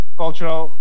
cultural